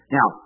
Now